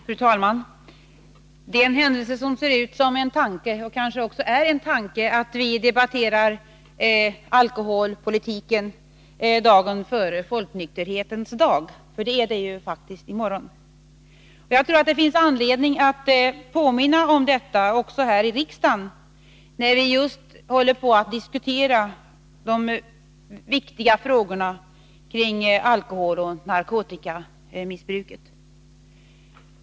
Fru talman! Det är en händelse som ser ut som en tanke, och kanske är det också en tanke bakom, att vi debatterar alkoholpolitiken dagen före Folknykterhetens dag. Den infaller ju i morgon. Jag tror att det finns anledning att påminna om detta också här i riksdagen just nu när vi diskuterar de viktiga frågorna kring alkoholoch narkotikamissbruket.